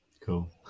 Cool